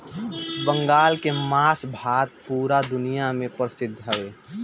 बंगाल के माछ भात पूरा दुनिया में परसिद्ध हवे